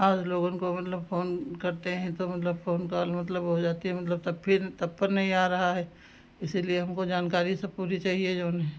आज लोगन को मतलब फ़ोन करते हैं तो मतलब फ़ोन काॅल मतलब वह हो जाती है मतलब तब फिर तब पर नहीं आ रहा है इसीलिए हमको जानकारी सब मुझे चाहिए जो है